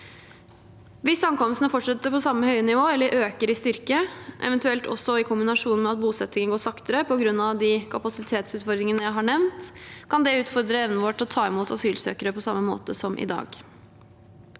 Hvis ankomstene fortsetter på samme høye nivå, eller øker i styrke, eventuelt også i kombinasjon med at bosettingen går saktere på grunn av de kapasitetsutfordringene jeg har nevnt, kan det utfordre evnen vår til å ta imot asylsøkere på samme måte som i dag.